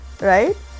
right